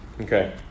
okay